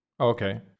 Okay